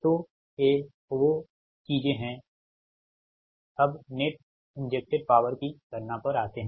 तो ये वो चीजें हैं अब नेट इंजेक्टेड पॉवर की गणना पर आते हैं